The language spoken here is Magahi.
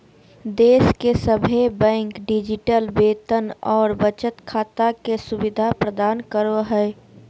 देश के सभे बैंक डिजिटल वेतन और बचत खाता के सुविधा प्रदान करो हय